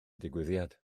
digwyddiad